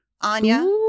Anya